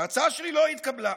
ההצעה שלי לא התקבלה,